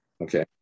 okay